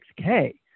6K